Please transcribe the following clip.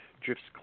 drifts